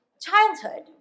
childhood